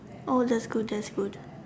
oh that's good that's good